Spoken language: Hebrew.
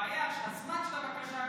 הבעיה היא שהזמן של הבקשה,